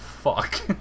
fuck